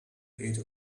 edge